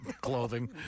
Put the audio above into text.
clothing